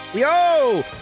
Yo